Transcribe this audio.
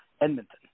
Edmonton